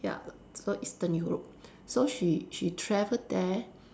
ya so Eastern Europe so she she travelled there